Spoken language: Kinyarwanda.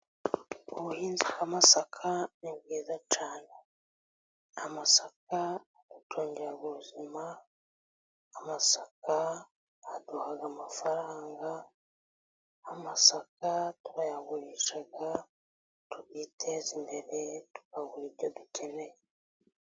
Ubuhinzi bw'amasaka ni bwiza cyane. Amasaka adutungira ubuzima, amasaka aduha amafaranga. Amasaka turayagurisha tukiteza imbere tukagura ibyo dukeneye.